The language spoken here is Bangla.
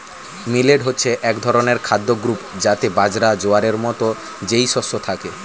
মিলেট হচ্ছে এক ধরনের খাদ্য গ্রূপ যাতে বাজরা, জোয়ারের মতো যেই শস্য থাকে